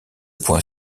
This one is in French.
point